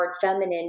feminine